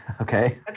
Okay